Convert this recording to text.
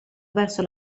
verso